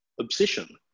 obsession